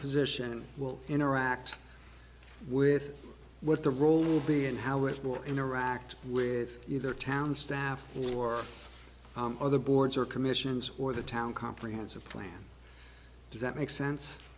position will interact with what the role will be and how if more interact with either town staff or other boards or commissions or the town comprehensive plan does that make sense